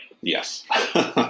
yes